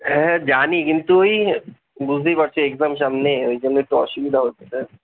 হ্যাঁ হ্যাঁ জানি কিন্তু ওই বুযতেই পারছো এক্সাম সামনে ওই জন্য একটু অসুবিধা হচ্ছে